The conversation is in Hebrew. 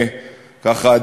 ככה,